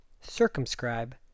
Circumscribe